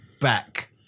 back